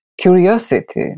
curiosity